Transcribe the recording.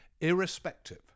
irrespective